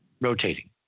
rotating